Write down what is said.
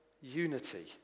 unity